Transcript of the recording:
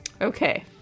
Okay